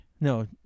No